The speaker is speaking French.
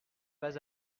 pas